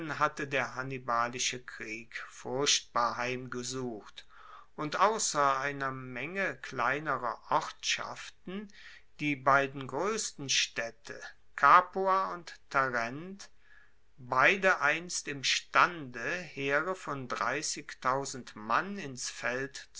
hatte der hannibalische krieg furchtbar heimgesucht und ausser einer menge kleinerer ortschaften die beiden groessten staedte capua und tarent beide einst imstande heere von mann ins feld